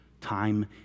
time